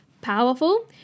powerful